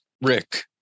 Rick